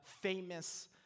famous